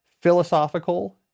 philosophical